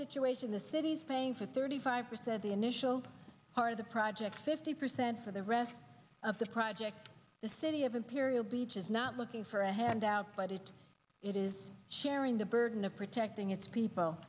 situation the city's paying for thirty five percent the initial part of the project fifty percent for the rest of the project the city of imperial beach is not looking for a handout but it it is sharing the burden of protecting its people